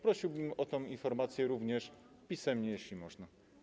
Prosiłbym o tę informację również na piśmie, jeśli można.